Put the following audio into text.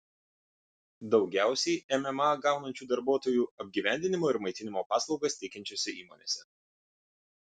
daugiausiai mma gaunančių darbuotojų apgyvendinimo ir maitinimo paslaugas teikiančiose įmonėse